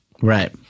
Right